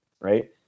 right